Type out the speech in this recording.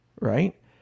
Right